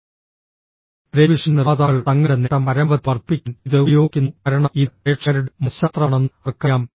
television നിർമ്മാതാക്കൾ തങ്ങളുടെ നേട്ടം പരമാവധി വർദ്ധിപ്പിക്കാൻ ഇത് ഉപയോഗിക്കുന്നു കാരണം ഇത് പ്രേക്ഷകരുടെ മനഃശാസ്ത്രമാണെന്ന് അവർക്കറിയാം